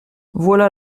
voilà